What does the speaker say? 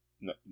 No